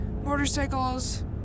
Motorcycles